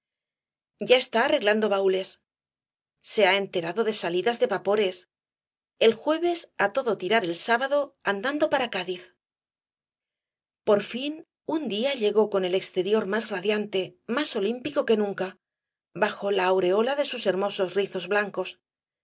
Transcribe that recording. ya está arreglando baúles se ha enterado de salidas de vapores el jueves ó á todo tirar el sábado andando para cádiz por fin un día llegó con el exterior más radiante más olímpico que nunca bajo la aureola de sus hermosos rizos blancos